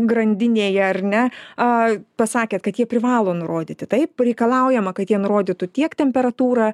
grandinėje ar ne a pasakėt kad jie privalo nurodyti taip reikalaujama kad jie nurodytų tiek temperatūrą